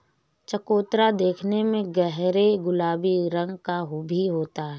चकोतरा देखने में गहरे गुलाबी रंग का भी होता है